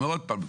עוד פעם,